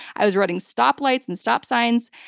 i was running stop lights and stop signs,